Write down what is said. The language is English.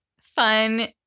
fun